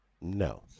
No